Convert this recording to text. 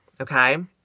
Okay